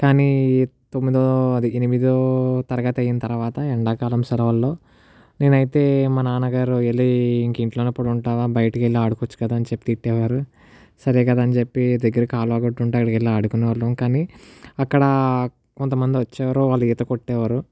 కానీ తొమ్మిదో అది ఎనిమిదో తరగతి అయిన తర్వాత ఎండా కాలం సెలవుల్లో నేనైతే మా నాన్నగారు వెళ్ళి ఇంట్లోనే పడుంటావా బయటికి వెళ్ళి ఆడుకోవచ్చు కదా అని చెప్పి తిట్టేవారు సరే కదా అని చెప్పి దగ్గర కాలవ గట్టు ఉంటే అక్కడకి వెళ్ళి ఆడుకునే వాళ్ళం కానీ అక్కడ కొంత మంది వచ్చేవారు వాళ్ళు ఈత కొట్టేవారు